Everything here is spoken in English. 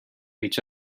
each